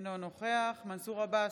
אינו נוכח מנסור עבאס,